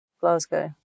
Glasgow